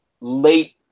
late